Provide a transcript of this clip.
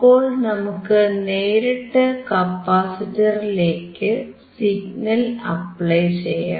അപ്പോൾ നമുക്ക് നേരിട്ട് കപ്പാസിറ്ററിലേക്ക് സിഗ്നൽ അപ്ലൈ ചെയ്യാം